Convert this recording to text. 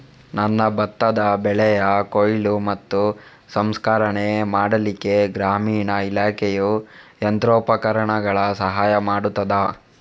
ನನ್ನ ಭತ್ತದ ಬೆಳೆಯ ಕೊಯ್ಲು ಮತ್ತು ಸಂಸ್ಕರಣೆ ಮಾಡಲಿಕ್ಕೆ ಗ್ರಾಮೀಣ ಇಲಾಖೆಯು ಯಂತ್ರೋಪಕರಣಗಳ ಸಹಾಯ ಮಾಡುತ್ತದಾ?